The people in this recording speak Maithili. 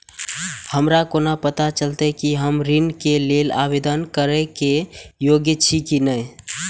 हमरा कोना पताा चलते कि हम ऋण के लेल आवेदन करे के योग्य छी की ने?